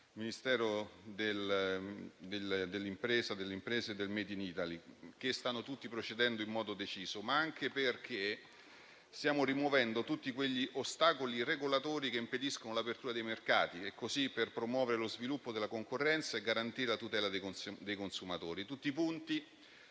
Ministero delle imprese e del *made in Italy* stanno tutti procedendo in modo deciso, ma anche perché stiamo rimuovendo tutti quegli ostacoli regolatori che impediscono l'apertura dei mercati, per promuovere lo sviluppo della concorrenza e garantire la tutela dei consumatori. Questi sono